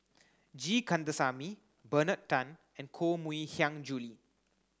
G Kandasamy Bernard Tan and Koh Mui Hiang Julie